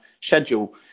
schedule